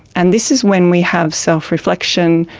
and this is when we have self-reflection,